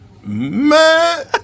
Man